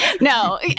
No